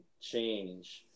change